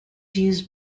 used